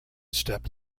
step